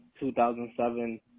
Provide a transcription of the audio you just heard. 2007